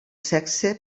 sexe